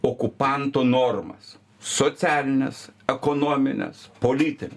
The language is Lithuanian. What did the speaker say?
okupanto normas socialines ekonomines politin